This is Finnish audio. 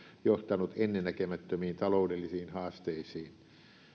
johtanut ennennäkemättömiin taloudellisiin haasteisiin